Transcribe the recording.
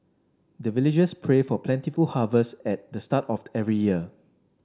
the villagers pray for plentiful harvest at the start of every year